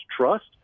trust